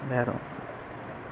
நேரம்